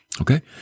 Okay